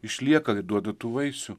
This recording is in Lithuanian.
išlieka ir duoda tų vaisių